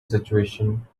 situation